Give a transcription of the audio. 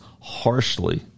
harshly